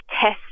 test